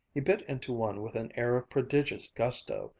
he bit into one with an air of prodigious gusto,